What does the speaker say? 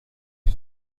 این